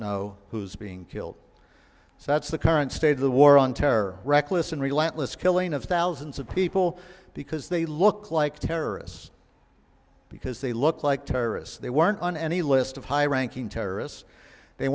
know who's being killed so that's the current state of the war on terror reckless and relentless killing of thousands of people because they look like terrorists because they look like terrorists they weren't on any list of high ranking terrorists they